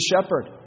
shepherd